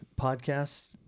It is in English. podcasts